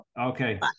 Okay